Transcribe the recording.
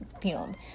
field